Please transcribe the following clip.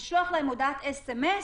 לשלוח לו הודעת אס.אם.אס: